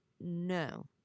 no